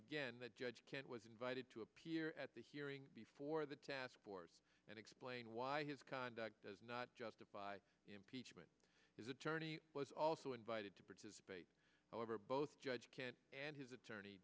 again that judge kant was invited to appear at the hearing before the taskforce and explain why his conduct does not justify impeachment his attorney was also invited to participate however both judge can and his attorney